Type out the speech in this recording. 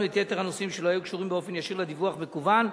את יתר הנושאים שלא היו קשורים באופן ישיר לדיווח מקוון,